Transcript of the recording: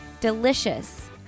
delicious